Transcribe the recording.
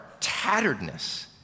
tatteredness